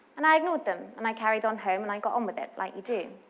and i ignored them, and i carried on home, and i got on with it, like you do.